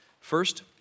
First